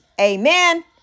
Amen